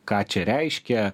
ką čia reiškia